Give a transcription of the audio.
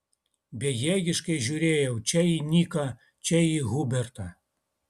bejėgiškai žiūrėjau čia į niką čia į hubertą